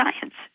science